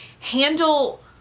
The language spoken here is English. handle